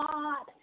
God